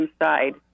inside